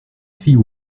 fille